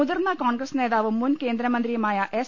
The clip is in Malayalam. മുതിർന്ന കോൺഗ്രസ് നേതാവും മുൻ കേന്ദ്രമന്ത്രിയുമായ എസ്